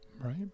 Right